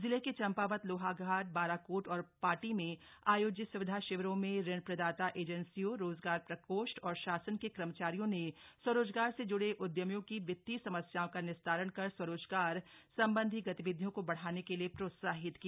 जिले के चम्पावत लोहाघाट बाराकोट और पाटी में आयोजित स्विधा शिविरों में ऋणप्रदाता एजेंसियों रोजगार प्रकोष्ठ और शासन के कर्मचारियों ने स्वरोजगार से जुड़े उदयमियों की वित्तीय समस्याओं का निस्तारण कर स्वरोजगार संबंधी गतिविधियों को बढ़ाने के लिए प्रोत्साहित किया